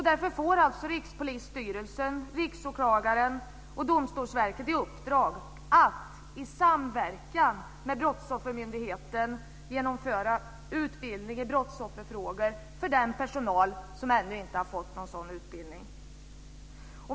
Därför får Rikspolisstyrelsen, Riksåklagaren och Domstolsverket i uppdrag att i samverkan med Brottsoffermyndigheten genomföra utbildning i brottsofferfrågor för den personal som ännu inte har fått någon sådan utbildning.